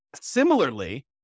Similarly